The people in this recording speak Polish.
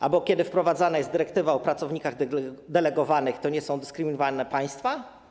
Albo kiedy wprowadzana jest dyrektywa o pracownikach delegowanych, to nie są dyskryminowane państwa?